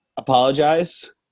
Apologize